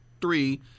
three